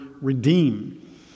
redeem